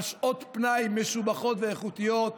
על שעות פנאי משובחות ואיכותיות.